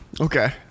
Okay